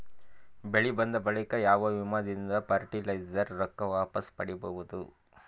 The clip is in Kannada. ಬೆಳಿ ಬಂದ ಬಳಿಕ ಯಾವ ವಿಮಾ ದಿಂದ ಫರಟಿಲೈಜರ ರೊಕ್ಕ ವಾಪಸ್ ಪಡಿಬಹುದು?